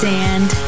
Sand